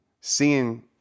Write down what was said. seeing